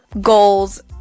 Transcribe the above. goals